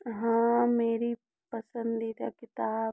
हाँ मेरी पसंदीदा किताब